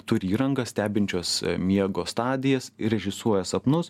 turi įrangą stebinčios miego stadijas ir režisuoja sapnus